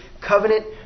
covenant